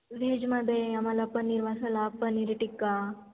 व्हेजमध्ये आम्हाला पनीर मसाला पनीर टिक्का